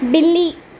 بلی